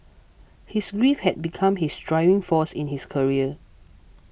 his grief had become his driving force in his career